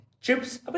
Chips